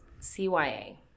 CYA